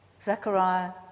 Zechariah